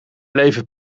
leven